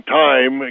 time